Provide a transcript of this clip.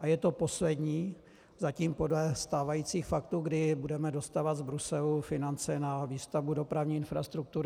A je to poslední, zatím podle stávajících faktů, kdy budeme dostávat z Bruselu finance na výstavbu dopravní infrastruktury.